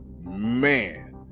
man